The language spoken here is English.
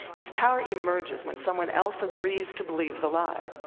its power emerges when someone else agrees to believe the lie.